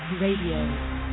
Radio